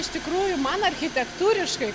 iš tikrųjų man architektūriškai